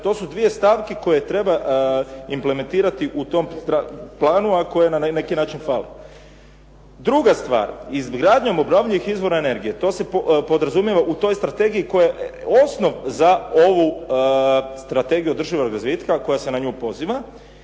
to su dvije stavke koje treba implementirati u tom planu ako je na neki način fali. Druga stvar, izgradnjom obnovljivih izvora energije, to se podrazumijeva u toj strategiji koja osnova za ovu strategiju održivog razvitka koja se na nju poziva,